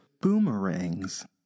Boomerangs